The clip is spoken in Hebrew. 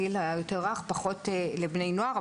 פחות לבני נוער.